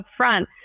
upfront